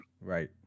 Right